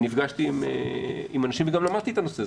נפגשתי עם אנשים וגם למדתי את הנושא.